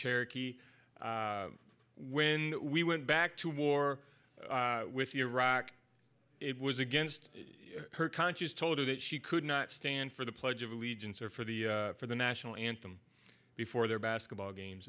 cherokee when we went back to war with iraq it was against her conscience told her that she could not stand for the pledge of allegiance or for the for the national anthem before their basketball games